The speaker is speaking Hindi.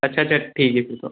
अच्छा अच्छा ठीक है फिर तो